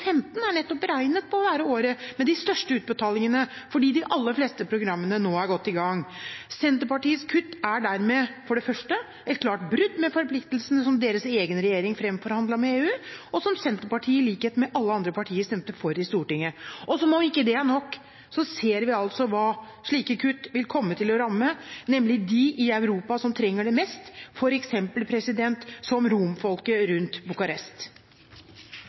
er nettopp beregnet å være året med de største utbetalingene fordi de aller fleste programmene nå er godt i gang. Senterpartiets kutt er dermed et klart brudd med forpliktelsene som deres egen regjering fremforhandlet med EU, og som Senterpartiet – i likhet med alle andre partier – stemte for i Stortinget. Som om ikke det er nok, så ser vi altså hva slike kutt vil komme til å ramme, nemlig de i Europa som trenger det mest, f.eks. romfolket rundt